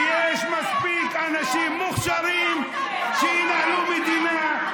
ויש מספיק אנשים מוכשרים שינהלו מדינה,